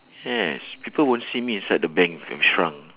yes people won't see me inside the bank I'm shrunk